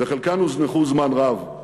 וחלקן הוזנחו זמן רב.